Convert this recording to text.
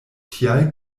tial